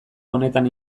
honetan